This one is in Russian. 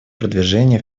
продвижения